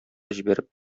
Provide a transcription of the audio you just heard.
җибәреп